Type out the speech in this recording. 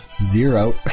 Zero